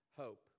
hope